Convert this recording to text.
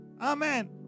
Amen